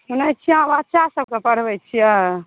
सुनैत छियै अहाँ बच्चा सभकेँ पढ़बैत छियै